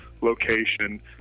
location